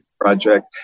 project